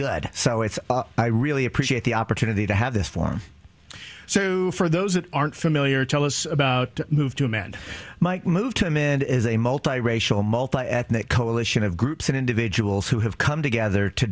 good so it's i really appreciate the opportunity to have this form so for those who aren't familiar tell us about move to amend might move to him in a multiracial multiethnic coalition of groups and individuals who have come together to